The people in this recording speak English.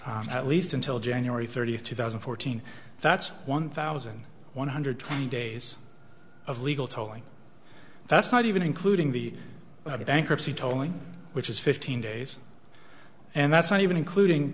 at least until january thirtieth two thousand and fourteen that's one thousand one hundred twenty days of legal tolling that's not even including the bankruptcy tolling which is fifteen days and that's not even including